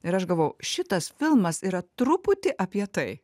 ir aš galvojau šitas filmas yra truputį apie tai